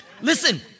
Listen